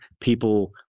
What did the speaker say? people